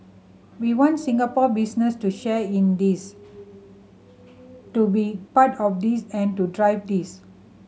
we want Singapore business to share in this to be part of this and to drive this